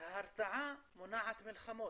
ההרתעה מונעת מלחמות,